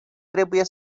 trebuie